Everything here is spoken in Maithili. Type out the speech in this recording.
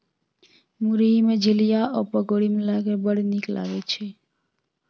मुरही मे झिलिया आ पकौड़ी मिलाकए बड़ नीक लागय छै